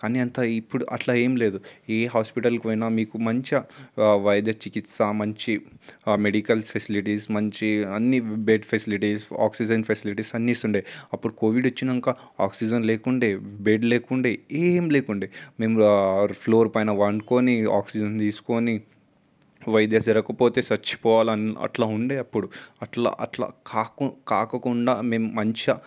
కానీ అంతా ఇప్పుడు అట్లా ఏమీ లేదు ఏ హాస్పిటల్కి పోయినా మీకు మంచిగా వైద్య చికిత్స మంచి మెడికల్ ఫెసిలిటీస్ మంచి అన్ని బెడ్ ఫెసిలిటీస్ ఆక్సిజన్ ఫెసిలిటీస్ అన్నీ ఇస్తుండేది అప్పుడు కోవిడ్ వచ్చాక ఆక్సిజన్ లేకుండేది బెడ్ లేకుండేది ఏం లేకుండేది మేము ఫ్లోర్ పైన వండుకొని ఆక్సిజన్ తీసుకొని వైద్యం జరగకపోతే చచ్చిపోవాలి అట్లా ఉండేది అప్పుడు అట్లా అట్లా కాక కాకుండా మేము మంచిగా